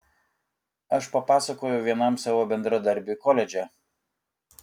aš papasakojau vienam savo bendradarbiui koledže